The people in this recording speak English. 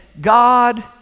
God